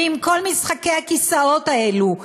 ועם כל משחקי הכיסאות האלה,